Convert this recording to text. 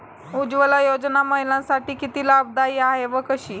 उज्ज्वला योजना महिलांसाठी किती लाभदायी आहे व कशी?